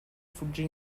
fuggì